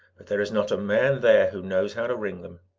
but there is not a man there who knows how to ring them.